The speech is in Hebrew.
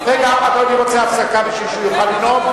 רוצה הפסקה בשביל שהוא יוכל לנאום?